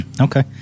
okay